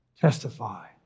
testify